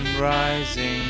rising